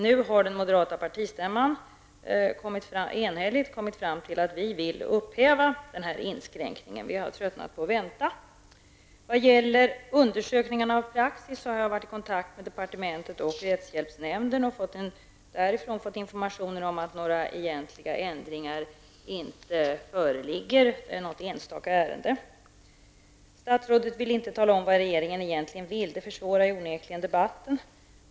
Nu har den moderata partistämman enhälligt kommit fram till att moderaterna vill upphäva denna inskränkning. Vi har tröttnat på att vänta. När det gäller undersökningarna av praxis har jag varit i kontakt med departementet och rättshjälpsnämnden och därifrån fått informationer om att någon egentlig ändring inte föreligger, kanske i något enstaka ärende. Statsrådet vill inte tala om vad regeringen egentligen vill. Det försvårar onekligen debatten.